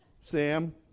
Sam